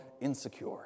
insecure